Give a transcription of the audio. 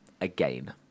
again